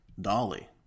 Dolly